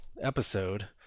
episode